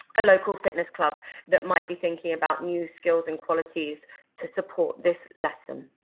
a local fitness club that might be thinking about new skills and qualities to support this lesson.